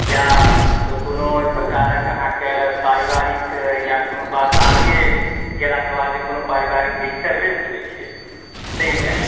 या कोनो प्रकारक अहाँके पारिवारिक या कोनो बात आगे गेला के बाद जे कोनो पारिवारिक डिस्टर्बेंस होइ छै ताहिमे